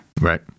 Right